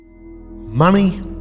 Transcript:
Money